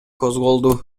козголду